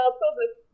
public